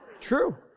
True